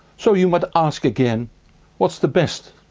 so you might ask again what's the best?